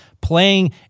playing